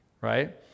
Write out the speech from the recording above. Right